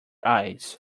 eyes